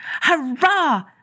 Hurrah